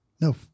No